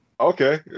Okay